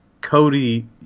Cody